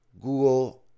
Google